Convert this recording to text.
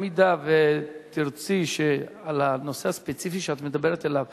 אם תרצי לקבל תשובה על הנושא הספציפי שאת מדברת עליו,